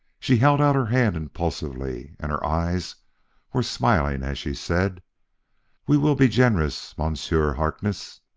she held out her hand impulsively, and her eyes were smiling as she said we will be generous, monsieur harkness